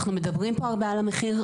אנחנו מדברים פה הרבה על המחיר,